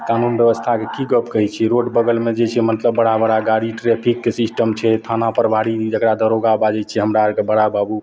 कानून बेबस्थाकेकि गप कहै छिए रोड बगलमे जे छै मने सब बड़ा बड़ा गाड़ी ट्रैफिकके सिस्टम छै थाना प्रभारी जकरा दरोगा बाजै छिए हमरा आओरके बड़ा बाबू